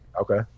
Okay